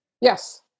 Yes